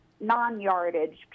non-yardage